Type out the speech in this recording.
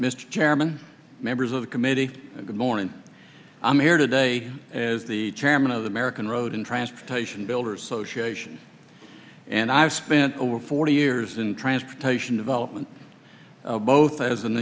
mr chairman members of the committee good morning i'm here today as the chairman of the american road and transportation builders association and i've spent over forty years in transportation development both as an